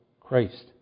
Christ